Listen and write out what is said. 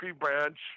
branch